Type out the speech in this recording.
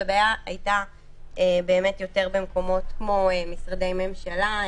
והבעיה הייתה יותר במקומות כמו משרדי ממשלה,